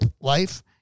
life